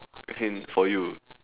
as in for you